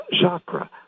chakra